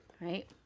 right